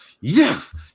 yes